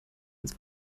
ins